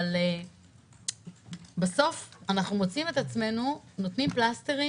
אבל בסוף אנחנו מוצאים את עצמנו נותנים פלסטרים